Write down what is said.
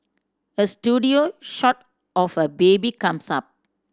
a studio shot of a baby comes up